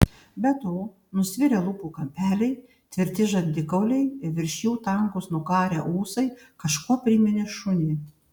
be to nusvirę lūpų kampeliai tvirti žandikauliai virš jų tankūs nukarę ūsai kažkuo priminė šunį